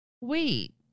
wait